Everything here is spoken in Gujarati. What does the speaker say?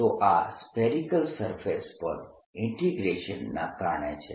તો આ સ્ફેરીકલ સરફેસ પર ઈન્ટીગ્રેશનના કારણે છે